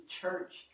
church